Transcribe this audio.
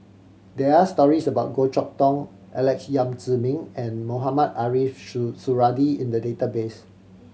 there are stories about Goh Chok Tong Alex Yam Ziming and Mohamed Ariff Suradi in the database